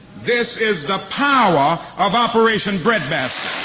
this is the power of operation breadbasket.